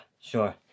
sure